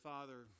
Father